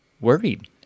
worried